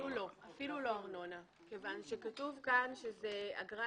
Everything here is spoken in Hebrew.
אפילו לא לארנונה מכיוון שכתוב כאן שזה "אגרה,